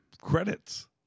credits